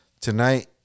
tonight